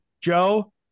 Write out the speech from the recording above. Joe